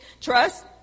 Trust